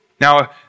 Now